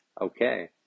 okay